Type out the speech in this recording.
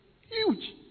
Huge